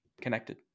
connected